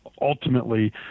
ultimately